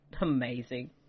Amazing